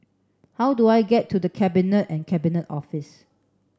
how do I get to The Cabinet and Cabinet Office